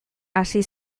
hasi